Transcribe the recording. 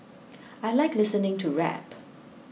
I like listening to rap